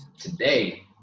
today